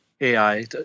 AI